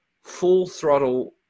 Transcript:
full-throttle